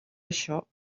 això